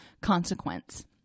consequence